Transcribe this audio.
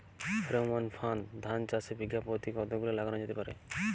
Pheromone ফাঁদ ধান চাষে বিঘা পতি কতগুলো লাগানো যেতে পারে?